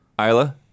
Isla